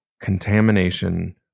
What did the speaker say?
contamination